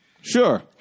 Sure